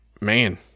man